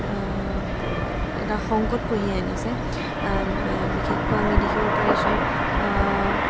এটা শংকত কঢ়িয়াই আনিছে বিশেষকৈ আমি দেখিব পাৰিছোঁ